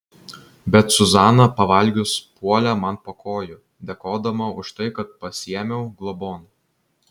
bet zuzana pavalgius puolė man po kojų dėkodama už tai kad pasiėmiau globon